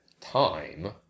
time